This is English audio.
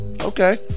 Okay